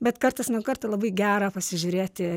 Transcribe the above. bet kartas nuo karto labai gera pasižiūrėti